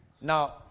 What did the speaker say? Now